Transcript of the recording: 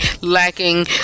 lacking